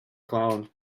clown